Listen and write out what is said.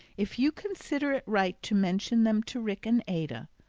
if you consider it right to mention them to rick and ada,